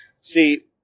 See